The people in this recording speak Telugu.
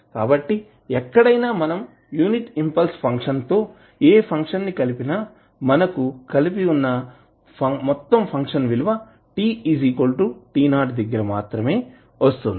కాబట్టి ఎక్కడైనా మనం యూనిట్ ఇంపల్స్ ఫంక్షన్ తో ఏ ఫంక్షన్ ని కలిపినా మనకు కలసివున్న మొత్తం ఫంక్షన్ విలువ t t 0 దగ్గర మాత్రమే వస్తుంది